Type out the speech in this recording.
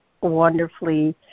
wonderfully